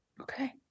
okay